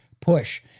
push